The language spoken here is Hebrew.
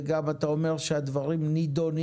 וגם אתה אומר שהדברים נידונים,